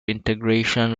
integration